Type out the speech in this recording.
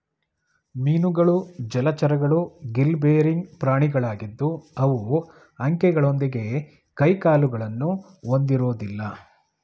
ಮೀನುಗಳು ಜಲಚರಗಳು gill bearing ಪ್ರಾಣಿಗಳಾಗಿದ್ದು ಅವು ಅಂಕೆಗಳೊಂದಿಗೆ ಕೈಕಾಲುಗಳನ್ನು ಹೊಂದಿರೋದಿಲ್ಲ